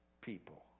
people